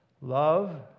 love